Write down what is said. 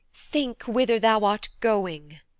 think whither thou art going.